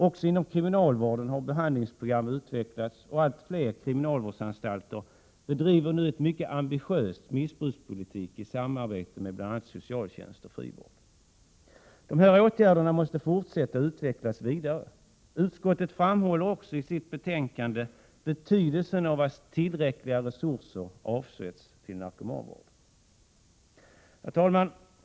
Också inom kriminalvården har behandlingsprogram utvecklats, och allt fler kriminalvårdsanstalter bedriver nu en mycket ambitiös politik gentemot missbrukarna i samarbete med bl.a. socialtjänst och frivård. Dessa åtgärder måste fortsätta och utvecklas vidare. Utskottet framhåller också i sitt betänkande betydelsen av att tillräckliga resurser avsätts till narkomanvård. Herr talman!